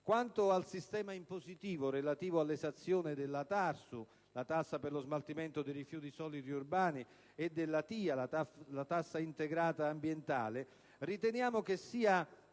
Quanto al sistema impositivo relativo all'esazione della TARSU, la tassa per lo smaltimento dei rifiuti solidi urbani, e della TIA, la tassa integrata ambientale, riteniamo che sia